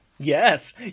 Yes